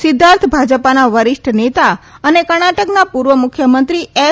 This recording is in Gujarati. સિદ્ધાર્થ ભાજપના વરિષ્ઠ નેતા અને કર્ણાટકના પૂર્વ મુખ્યમંત્રી એસ